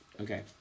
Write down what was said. Okay